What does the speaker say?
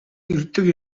ирдэг